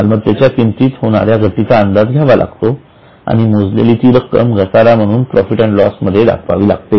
मालमत्तेच्या किमतीत होणाऱ्या घटीचा अंदाज घ्यावा लागतो आणि मोजलेली ती रक्कम घसारा म्हणून प्रॉफिट अँड लॉस मध्ये दाखवावी लागते